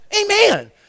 amen